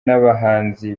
n’abahanzi